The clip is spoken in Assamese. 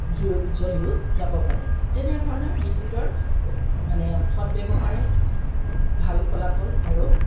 জুই জ্বলিও যাব পাৰে তেনেধৰণে বিদ্যুতৰ মানে সৎ ব্যৱহাৰে ভাল ফলাফল আৰু